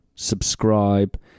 subscribe